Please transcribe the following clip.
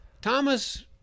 Thomas